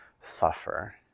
suffer